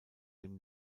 dem